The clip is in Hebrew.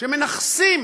שמנכסים